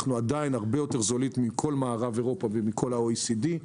אנחנו עדיין הרבה יותר זולים מכל מערב אירופה ומכל ה-OECD.